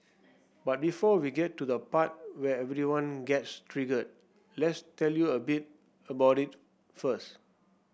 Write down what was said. but before we get to the part where everyone gets triggered let's tell you a bit about it first